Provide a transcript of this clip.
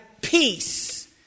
peace